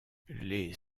les